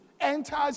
enters